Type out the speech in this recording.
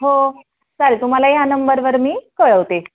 हो चालेल तुम्हाला ह्या नंबरवर मी कळवते